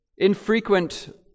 infrequent